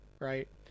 right